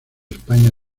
españa